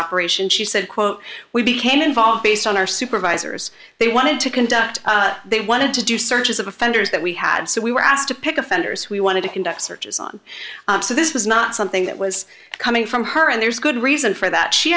operation she said quote we became involved based on our supervisors they wanted to conduct they wanted to do searches of offenders that we had so we were asked to pick offenders we wanted to conduct searches on so this was not something that was coming from her and there's good reason for that she